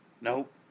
Nope